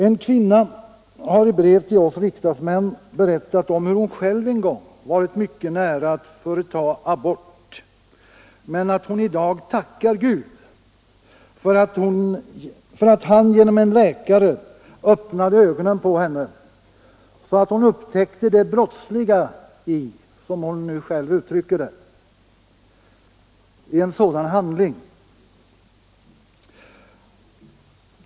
En kvinna har i ett brev till oss riksdagsmän berättat om hur hon själv en gång varit mycket nära att företa abort, men att hon i dag tackar Gud för att Han genom en läkare öppnade ögonen på henne så att hon upptäckte det brottsliga i — som hon nu själv uttrycker det — en sådan handling.